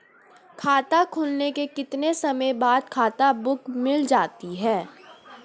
खाता खुलने के कितने समय बाद खाता बुक मिल जाती है?